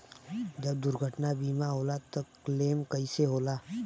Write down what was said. जब दुर्घटना बीमा होला त क्लेम कईसे होला?